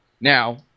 Now